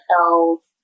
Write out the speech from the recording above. health